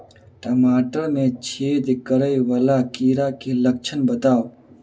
टमाटर मे छेद करै वला कीड़ा केँ लक्षण बताउ?